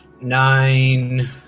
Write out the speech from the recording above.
Nine